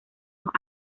los